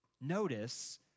Notice